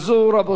נמנעים.